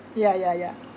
ya ya ya